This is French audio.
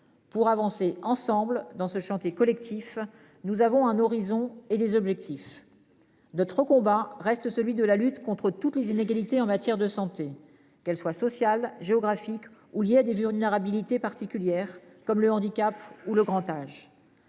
pour avancer ensemble dans ce chantier collectif. Nous avons un horizon et les objectifs. De trop combat reste celui de la lutte contre toutes les inégalités en matière de santé, qu'elle soit sociale géographique ou liés à des vulnérabilités particulières comme le handicap ou le grand âge.